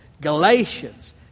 Galatians